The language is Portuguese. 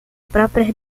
próprias